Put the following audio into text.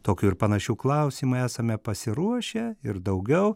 tokių ir panašių klausimų esame pasiruošę ir daugiau